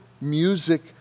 music